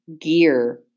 gear